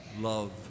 love